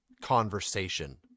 conversation